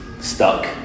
stuck